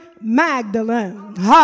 Magdalene